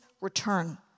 return